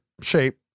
shape